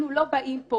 אנחנו לא באים פה